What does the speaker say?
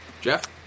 Jeff